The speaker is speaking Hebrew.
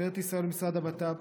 משטרת ישראל ומשרד הבט"פ,